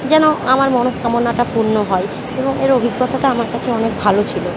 যেন আমার মনস্কামনাটা পূন্য হয় এবং এর অভিজ্ঞতাটা আমার কাছে অনেক ভালো ছিল